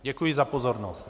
Děkuji za pozornost.